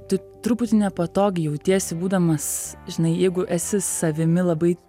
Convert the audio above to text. tu truputį nepatogiai jautiesi būdamas žinai jeigu esi savimi labai